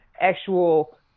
actual